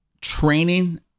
training